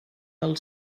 del